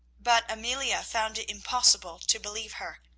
but amelia found it impossible to believe her,